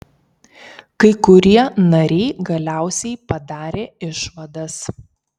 kai kurie nariai galiausiai padarė išvadas